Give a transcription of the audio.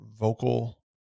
vocal